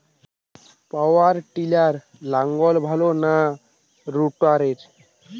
পাওয়ার টিলারে লাঙ্গল ভালো না রোটারের?